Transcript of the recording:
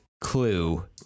clue